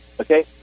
okay